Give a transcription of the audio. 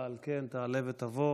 ועל כן תעלה ותבוא